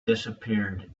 disappeared